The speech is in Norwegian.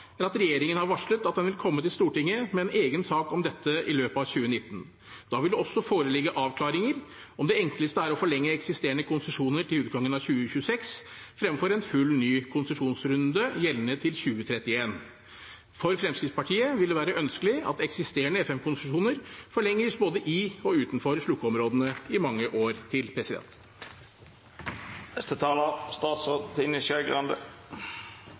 er at regjeringen har varslet at den vil komme til Stortinget med en egen sak om dette i løpet av 2019. Da vil det også foreligge avklaringer om det enkleste er å forlenge eksisterende konsesjoner til utgangen av 2026, fremfor en full ny konsesjonsrunde gjeldende til 2031. For Fremskrittspartiet vil det være ønskelig at eksisterende FM-konsesjoner forlenges både i og utenfor slukkeområdene i mange år til.